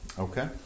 Okay